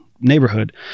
neighborhood